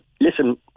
Listen